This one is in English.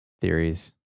theories